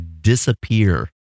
disappear